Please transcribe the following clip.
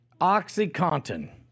Oxycontin